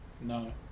No